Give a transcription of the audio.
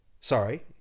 sorry